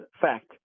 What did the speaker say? fact